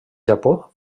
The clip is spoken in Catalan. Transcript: japó